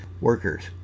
workers